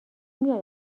میاد